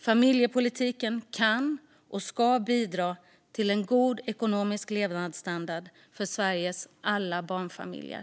Familjepolitiken kan och ska bidra till en god ekonomisk levnadsstandard för Sveriges alla barnfamiljer.